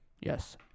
Yes